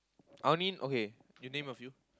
I only okay you name a few